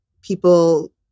people